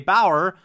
Bauer